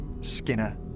Skinner